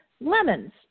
lemons